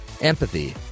empathy